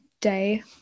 day